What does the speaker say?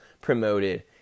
promoted